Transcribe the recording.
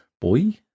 Boy